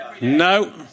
No